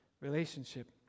relationship